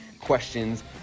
questions